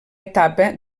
etapa